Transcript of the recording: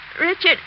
Richard